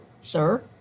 sir